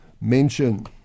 mention